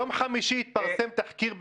יום חמישי התפרסם תחקיר בעובדה.